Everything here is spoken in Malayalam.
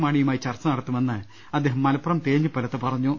മാണിയുമായി ചർച്ച നടത്തുമെന്ന് അദ്ദേഹം മലപ്പുറം തേഞ്ഞി പ്പലത്ത് പറഞ്ഞു